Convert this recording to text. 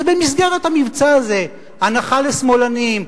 זה במסגרת המבצע הזה, הנחה לשמאלנים.